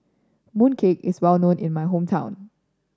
mooncake is well known in my hometown